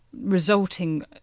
resulting